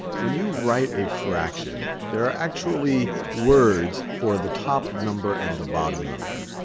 when you write a fraction, there are actually words for the top number and the bottom number.